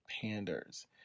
panders